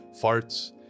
farts